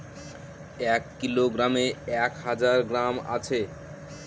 এক কিলোগ্রামে এক হাজার গ্রাম আছে